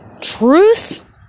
truth